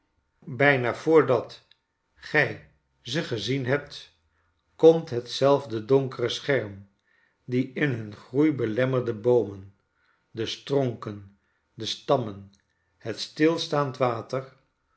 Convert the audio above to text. bijna voordat gij ze gezien hebt komt hetzelfde donkere scherm die in hun groei belemmerde boomen de stronken de stammen het stilstaande water